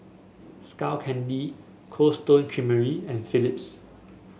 Skull Candy Cold Stone Creamery and Phillips